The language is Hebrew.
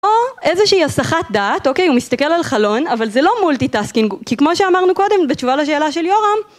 או איזושהי הסחת דעת, אוקיי הוא מסתכל על חלון, אבל זה לא מולטי טסקינג, כי כמו שאמרנו קודם בתשובה לשאלה של יורם.